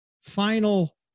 final